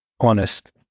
honest